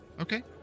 Okay